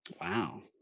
Wow